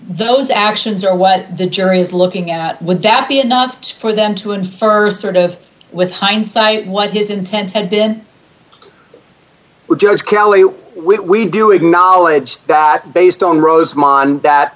those actions are what the jury is looking at would that be enough for them too and st sort of with hindsight what his intent and then were judged kelly we do acknowledge that based on rosemont that